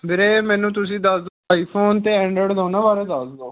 ਵੀਰੇ ਮੈਨੂੰ ਤੁਸੀਂ ਦੱਸ ਦਿਓ ਆਈਫੋਨ ਅਤੇ ਐਂਡਰਾਇਡ ਦੋਨਾਂ ਬਾਰੇ ਦੱਸ ਦਿਓ